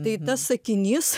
tai tas sakinys